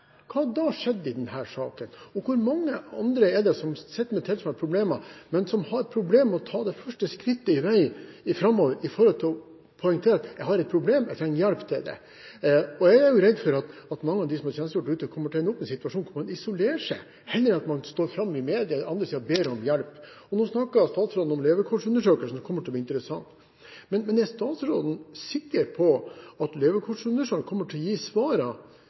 hva hadde da skjedd i denne saken? Og hvor mange andre er det som sitter med tilsvarende problemer, men som har problemer med å ta det første skrittet på veien mot å poengtere: Jeg har et problem, og jeg trenger hjelp til å løse det. Jeg er redd for at mange av dem som har tjenestegjort ute, kommer til å ende opp i en situasjon hvor man isolerer seg, heller enn at man står fram i media eller andre steder og ber om hjelp. Statsråden snakket om at levekårsundersøkelsen kommer til å bli interessant. Men er statsråden sikker på at levekårsundersøkelsen kommer til å gi